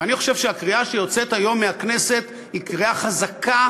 ואני חושב שהקריאה שיוצאת היום מהכנסת היא קריאה חזקה,